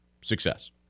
Success